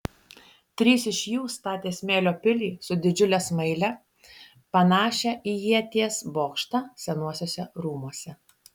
trys iš jų statė smėlio pilį su didžiule smaile panašią į ieties bokštą senuosiuose rūmuose